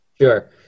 sure